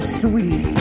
sweet